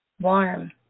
warm